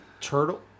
turtle